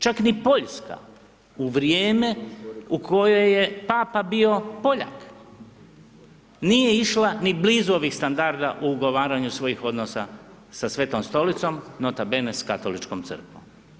Čak ni Poljska u vrijeme u koje je Papa bio Poljak nije išla ni blizu ovih standarda u ugovaranju svojih odnosa sa Svetom Stolicom nota bene s Katoličkom crkvom.